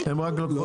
הן רק לוקחות כסף.